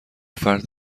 فرد